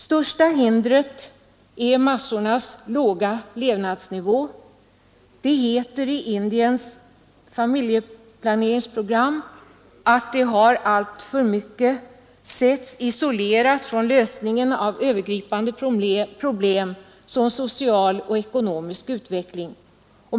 Största hindret för familjeplaneringen är massornas låga levnadsnivå. Det heter i Indiens familjeplaneringsprogram att frågan alltför mycket setts isolerad från lösningen av övergripande problem som social och ekonomisk utveckling.